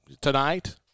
tonight